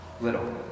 little